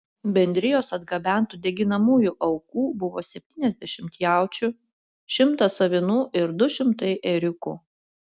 bendrijos atgabentų deginamųjų aukų buvo septyniasdešimt jaučių šimtas avinų ir du šimtai ėriukų